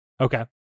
Okay